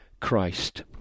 Christ